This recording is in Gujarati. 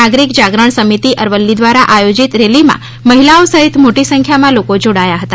નાગરિક જાગરણ સમિતિ અરવલ્લી દ્વારા આયોજિત રેલી માં મહિલાઓ સહિત મોટી સંખ્યામાં લોકો જોડાયા હતા